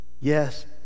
Yes